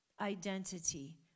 identity